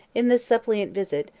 in this suppliant visit,